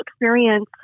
experience